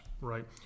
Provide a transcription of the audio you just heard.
right